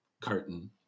carton